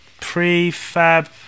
prefab